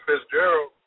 Fitzgerald